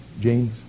James